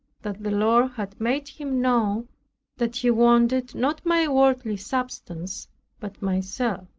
that the lord had made him know that he wanted not my worldly substance but myself.